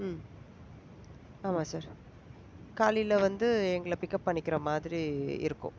ம் ஆமாம் சார் காலையில் வந்து எங்களை பிக்கப் பண்ணிக்கிற மாதிரி இருக்கும்